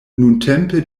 nuntempe